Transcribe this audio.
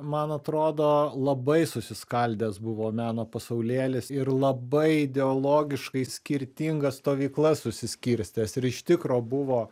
man atrodo labai susiskaldęs buvo meno pasaulėlis ir labai ideologiškai skirtingas stovyklas susiskirstęs ir iš tikro buvo